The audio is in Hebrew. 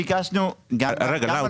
רגע,